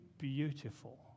beautiful